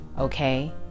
okay